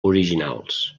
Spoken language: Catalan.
originals